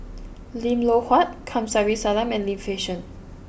Lim Loh Huat Kamsari Salam and Lim Fei Shen